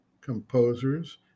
composers